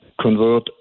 convert